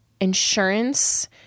insurance